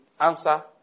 answer